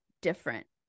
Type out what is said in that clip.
different